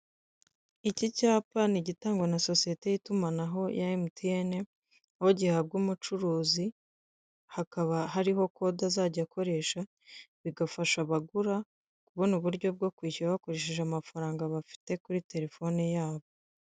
Iki cyapa ni igitangwa na sosiyete y'itumanaho ya Mtn, aho gihabwa umucuruzi, hakaba hariho kode azajya akoresha bigafasha abagura buno buryo bwo kwishyura bakoresheje amafaranga bafite kuri telefone yabo.